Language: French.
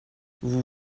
vous